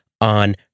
on